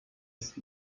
ist